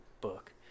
book